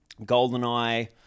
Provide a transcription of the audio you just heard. GoldenEye